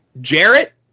Jarrett